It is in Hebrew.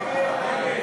ההצעה